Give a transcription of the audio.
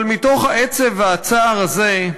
אבל מתוך העצב והצער הזה,